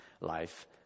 life